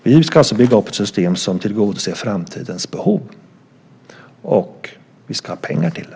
Vi ska bygga upp ett system som tillgodoser framtidens behov, och vi ska ha pengar till det.